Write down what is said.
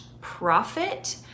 profit